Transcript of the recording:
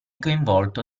coinvolto